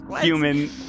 human